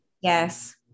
yes